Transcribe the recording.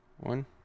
one